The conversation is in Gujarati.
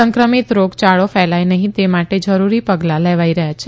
સંક્રમિત રોગયાળો ફેલાય નહીં તે માટે જરૂરી પગલાં લેવાઈ રહ્યાં છે